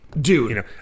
Dude